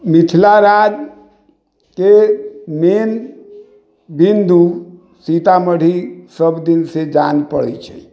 मिथिला राज्यके मेन बिन्दु सीतामढ़ी सब दिनसँ जानि पड़ै छै